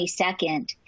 22nd